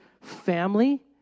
family